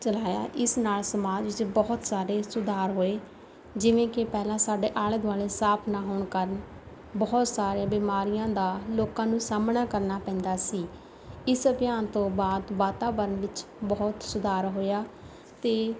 ਚਲਾਇਆ ਇਸ ਨਾਲ ਸਮਾਜ ਵਿੱਚ ਬਹੁਤ ਸਾਰੇ ਸੁਧਾਰ ਹੋਏ ਜਿਵੇਂ ਕਿ ਪਹਿਲਾਂ ਸਾਡੇ ਆਲੇ ਦੁਆਲੇ ਸਾਫ਼ ਨਾ ਹੋਣ ਕਾਰਨ ਬਹੁਤ ਸਾਰੇ ਬਿਮਾਰੀਆਂ ਦਾ ਲੋਕਾਂ ਨੂੰ ਸਾਹਮਣਾ ਕਰਨਾ ਪੈਂਦਾ ਸੀ ਇਸ ਅਭਿਆਨ ਤੋਂ ਬਾਅਦ ਵਾਤਾਵਰਣ ਵਿੱਚ ਬਹੁਤ ਸੁਧਾਰ ਹੋਇਆ ਅਤੇ